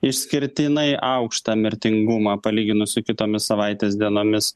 išskirtinai aukštą mirtingumą palyginus su kitomis savaitės dienomis